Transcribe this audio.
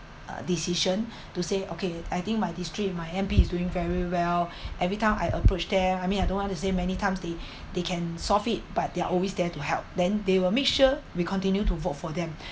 decision to say okay I think my district my M_P is doing very well every time I approach there I mean I don't want to say many times they they can solve it but they're always there to help then they will make sure we continue to vote for them